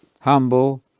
humble